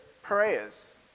Prayers